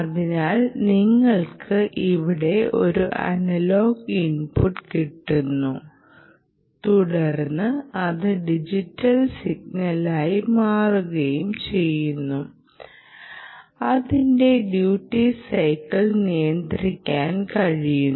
അതിനാൽ നിങ്ങൾക്ക് ഇവിടെ ഒരു അനലോഗ് ഇൻപുട്ട് കിട്ടുന്നു തുടർന്ന് അത് ഡിജിറ്റൽ സിഗ്നലായി മാറുകയും ചെയ്യുന്നു അതിന്റെ ഡ്യൂട്ടി സൈക്കിൾ നിയന്ത്രിക്കാൻ കഴിയുന്നു